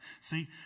See